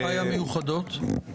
מתי המיוחדות?